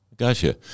Gotcha